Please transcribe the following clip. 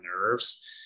nerves